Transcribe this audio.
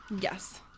yes